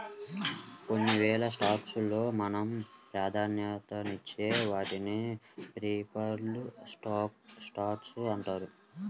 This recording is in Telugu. కొన్ని వేల స్టాక్స్ లో మనం ప్రాధాన్యతనిచ్చే వాటిని ప్రిఫర్డ్ స్టాక్స్ అంటారు